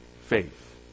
faith